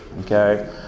okay